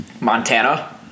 Montana